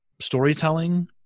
Storytelling